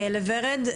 לורד,